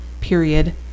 period